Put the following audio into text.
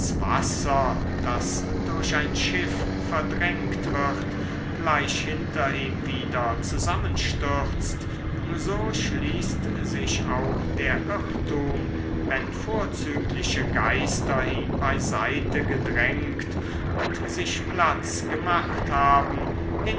wasser das durch ein schiff verdrängt wird gleich hinter ihm wieder zusammenstürzt so schließt sich auch der irrtum wenn vorzügliche geister ihn beiseitegedrängt und sich platz gemacht haben